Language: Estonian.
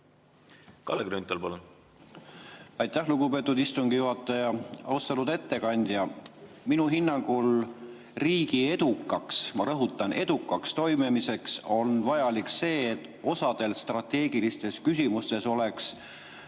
Kalle Grünthal, palun! Aitäh, lugupeetud istungi juhataja! Austatud ettekandja! Minu hinnangul riigi edukaks – ma rõhutan, edukaks – toimimiseks on vajalik see, et osas strateegilistes küsimustes oleks